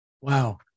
Wow